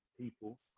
people